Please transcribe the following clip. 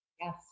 Yes